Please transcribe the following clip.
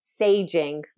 saging